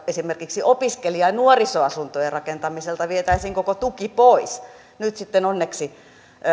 esimerkiksi opiskelija ja nuorisoasuntojen rakentamiselta vietäisiin koko tuki pois nyt sitten onneksi